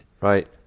Right